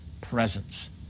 presence